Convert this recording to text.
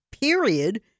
period